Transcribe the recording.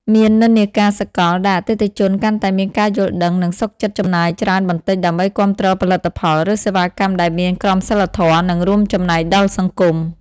មាននិន្នាការសកលដែលអតិថិជនកាន់តែមានការយល់ដឹង និងសុខចិត្តចំណាយច្រើនបន្តិចដើម្បីគាំទ្រផលិតផល ឬសេវាកម្មដែលមានក្រមសីលធម៌ និងរួមចំណែកដល់សង្គម ។